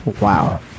Wow